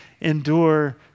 endure